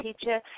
teacher